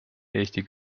eesti